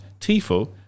TIFO